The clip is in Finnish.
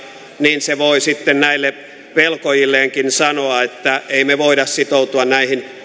niin se voi sitten näille velkojilleenkin sanoa että emme me me voi sitoutua näihin